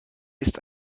ist